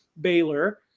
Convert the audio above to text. Baylor